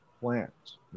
plants